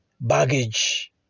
baggage